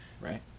right